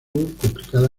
complicada